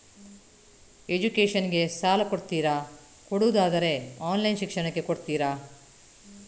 Education ಗೆ ಸಾಲ ಕೊಡ್ತೀರಾ, ಕೊಡುವುದಾದರೆ ಆನ್ಲೈನ್ ಶಿಕ್ಷಣಕ್ಕೆ ಕೊಡ್ತೀರಾ?